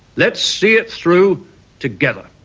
let's see it through together.